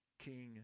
King